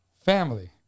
Family